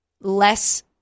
Less